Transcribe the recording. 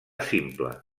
simple